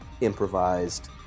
improvised